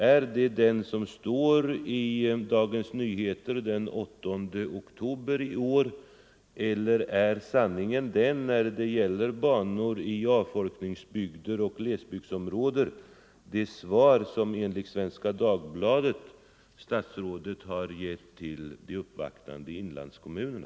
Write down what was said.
Är det vad som står i Dagens Nyheter den 8 oktober i år, eller är sanningen när det gäller banor i avfolkningsbygder och glesbygdsområden det svar som enligt Svenska Dagbladet statsrådet har gett till de uppvaktande representanterna för inlandskommunerna?